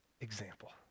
example